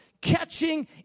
catching